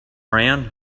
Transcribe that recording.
around